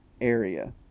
area